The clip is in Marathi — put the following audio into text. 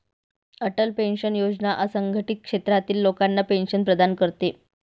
अटल पेन्शन योजना असंघटित क्षेत्रातील लोकांना पेन्शन प्रदान करते